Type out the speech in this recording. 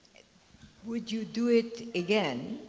would you do it again?